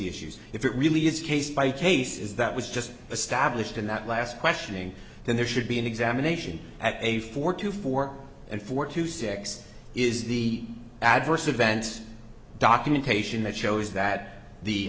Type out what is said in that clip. issues if it really is a case by case is that was just established in that last questioning then there should be an examination at a four to four and four to six is the adverse event documentation that shows that the